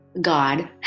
God